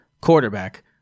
quarterback